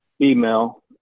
email